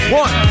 one